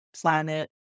planet